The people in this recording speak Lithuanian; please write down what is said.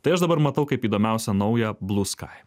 tai aš dabar matau kaip įdomiausią naują blu sky